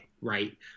right